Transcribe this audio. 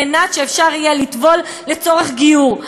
כדי שיהיה אפשר לטבול לצורך גיור.